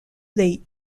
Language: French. les